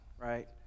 right